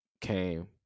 came